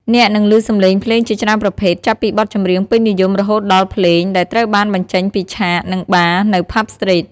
អ្នកនឹងលឺសំឡេងភ្លេងជាច្រើនប្រភេទ ចាប់ពីបទចម្រៀងពេញនិយម រហូតដល់ភ្លេង ដែលត្រូវបានបញ្ចេញពីឆាក និងបារ នៅផាប់ស្ទ្រីត។